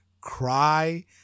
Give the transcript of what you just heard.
cry